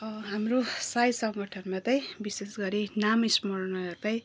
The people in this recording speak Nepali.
हाम्रो साई सङ्गठनमा चाहिँ विशेष गरी नाम स्मरणहरू चाहिँ